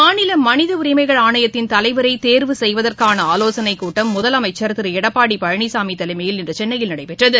மாநிலமனிதஉரிமைகள் தலைவரைதே்வு செய்வதற்கானஆலோசனைக் கூட்டம் முதலமைச்சர் திருஎடப்பாடிபழனிசாமிதலைமையில் இன்றுசென்னையில் நடைபெற்றது